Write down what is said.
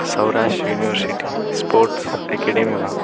Saurashtra university sports એકેડમીમાં